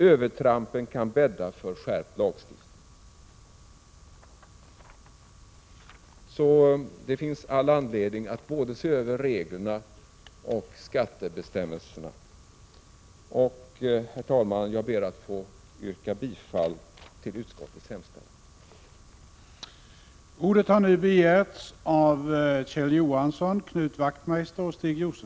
Övertrampen kan bädda för skärpt lagstiftning.” Det finns all anledning att se över reglerna och skattebestämmelserna. Herr talman! Jag ber att få yrka bifall till utskottets hemställan.